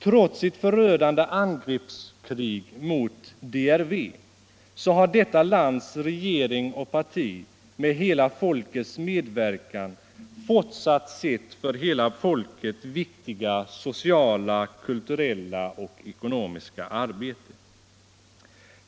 Trots ett förödande angreppskrig mot DRV har detta lands regering och parti med hela folkets medverkan fortsatt sitt för hela folket viktiga sociala, kulturella och ekonomiska arbete.